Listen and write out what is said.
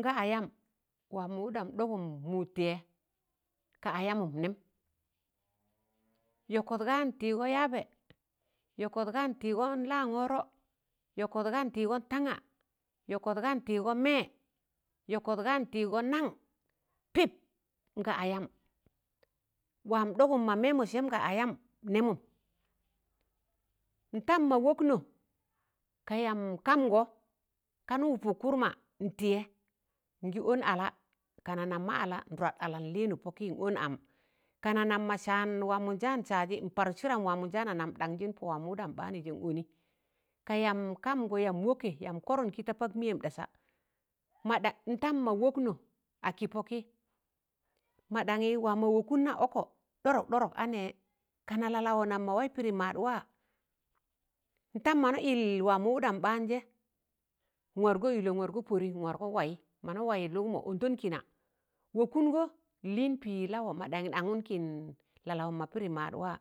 nga ayam waa mọ wụɗam ɗọgụm mụ tịyẹ ka ayamụm nẹm yọkọt ga ntịịgọ yaabẹ yọkọt ga ntịịgọ la'angọrọ yọkọt ga ntịịgọ tanga, yọkọt ga ntịịgọ mẹẹ, yọkọt ga ntịịgọ naṇ, pịp, nga ayam waam ɗọgụm mọ mịmọ sẹm ga ayamum nẹmum ntam ma wọknọ ka yamb kambgọ kan wụpụk kụrma ntịyẹ ngị ọn ala kana nan ma ala nwra ala nlịyẹ pọkị n ọn am, kana nam ma saan waa mọ njaan sajị nparụt sịdam waa mọn jaana nam ɗanjịn pọ waa mọ wụdam ɓaanụ jẹ n'ọnị ka yamb kamgọ yam wọkẹ yamb kọrọnkị ta pak mịyẹm ɗasa ma dak ntam mọ wọknọ a kị pọkị ma daṇị waa mọ wọkụna ọkọ ɗọdọk ɗọdọk anẹẹ kana lalawọ nam mọ waị pịdị maad waa ntam mọ na ịl waa mọ wụdam baanjẹ nwargọ ịlẹ nwargọ pọdị nwargọ waị mọ na waịị lụụgmọ ọndan kịna wọkụngọ nlịịn pị lawọ ma daṇị n'angụn kịịn lawọm ma pịdị maad waa